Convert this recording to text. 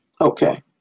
Okay